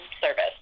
service